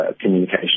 communication